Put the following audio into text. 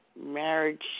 marriage